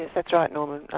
that's right norman.